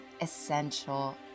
essential